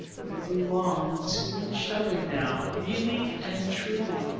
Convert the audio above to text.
we belong to each other now really and truly,